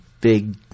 big